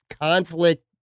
conflict